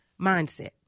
mindset